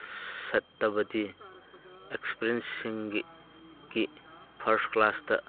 ꯁꯠꯇꯕꯗꯤ ꯑꯦꯛꯁꯄꯦꯔꯤꯌꯦꯟꯁꯁꯤꯡꯒꯤ ꯀꯤ ꯐꯥꯔꯁ ꯀ꯭ꯂꯥꯁꯇ